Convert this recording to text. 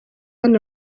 hano